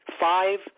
Five